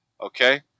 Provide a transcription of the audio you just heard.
okay